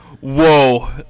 Whoa